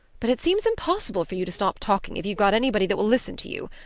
but it seems impossible for you to stop talking if you've got anybody that will listen to you.